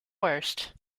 worst